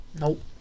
Nope